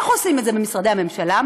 איך עושים את זה במשרדי הממשלה?